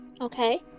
Okay